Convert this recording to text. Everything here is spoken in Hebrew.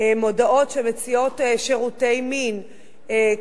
מודעות שמציעות שירותי מין,